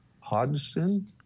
Hodgson